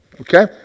Okay